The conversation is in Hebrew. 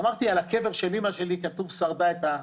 אמרתי: על הקבר של אימא שלי כתוב "שרדה את אושוויץ",